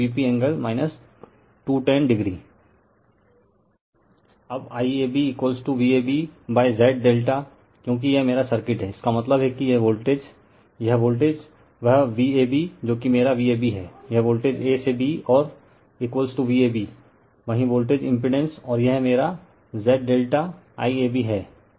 refer slide time 0813 अब IAB Vab Z ∆ क्योंकि यह मेरा सर्किट है इसका मतलब है कि यह वोल्टेज यह वोल्टेज वह Vab जो कि मेरा Vab हैं यह वोल्टेज A से B और Vabवही वोल्टेज इम्पिड़ेंस और यह मेरा Z∆ IAB है